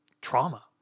trauma